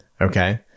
Okay